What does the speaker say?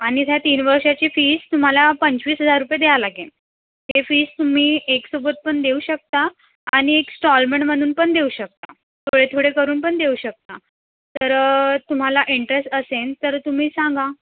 आणि या तीन वर्षाची फीस तुम्हाला पंचवीस हजार रुपये द्या लागेन ते फीस तुम्ही एकसोबत पण देऊ शकता आणि एकस्टॉलमेंटमधून पण देऊ शकता थोडे थोडे करुन पण देऊ शकता तर तुम्हाला इंटरेस्ट असेन तर तुम्ही सांगा